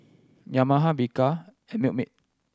Yamaha Bika and Milkmaid